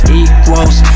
equals